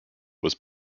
was